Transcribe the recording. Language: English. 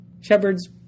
Shepherds